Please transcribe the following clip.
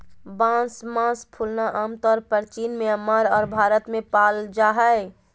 बांस मास फूलना आमतौर परचीन म्यांमार आर भारत में पाल जा हइ